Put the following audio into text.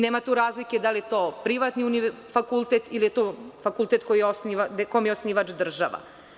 Nema tu razlike da li je to privatni fakultet ili je to fakultet kome je osnivač država.